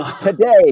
today